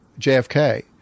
JFK